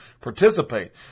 participate